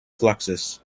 fluxus